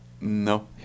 No